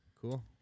cool